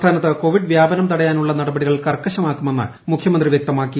സംസ്ഥാനത്ത് കോവിഡ് വ്യാപനം തടയാനുള്ള നടപടികൾ കർക്കശമാക്കുമെന്ന് മുഖ്യമന്ത്രി വൃക്തമാക്കി